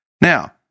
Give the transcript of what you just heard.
Now